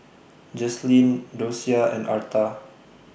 Jaslyn Dosia and Arta